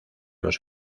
los